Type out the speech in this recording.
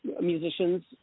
musicians